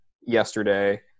yesterday